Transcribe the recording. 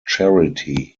charity